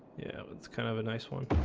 it's kind of a nice one